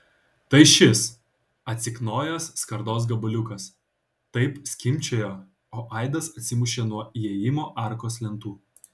tai šis atsiknojęs skardos gabaliukas taip skimbčiojo o aidas atsimušė nuo įėjimo arkos lentų